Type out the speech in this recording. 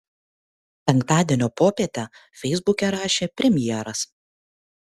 penktadienio popietę feisbuke rašė premjeras